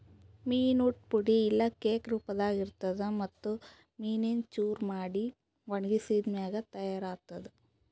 ಮೀನು ಊಟ್ ಪುಡಿ ಇಲ್ಲಾ ಕೇಕ್ ರೂಪದಾಗ್ ಇರ್ತುದ್ ಮತ್ತ್ ಮೀನಿಂದು ಚೂರ ಮಾಡಿ ಒಣಗಿಸಿದ್ ಮ್ಯಾಗ ತೈಯಾರ್ ಆತ್ತುದ್